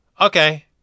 Okay